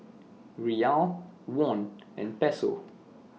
Riyal Won and Peso